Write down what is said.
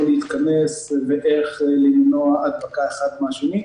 להתכנס ואיך למנוע הדבקה האחד מן השני.